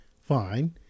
fine